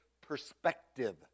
perspective